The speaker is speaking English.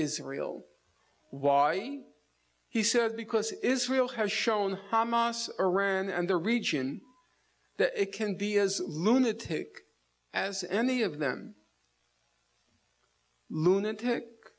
israel why he said because israel has shown hamas around and the region that it can be as lunatic as any of them lunatic